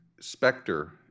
specter